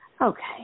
Okay